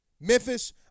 Memphis